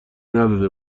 نداده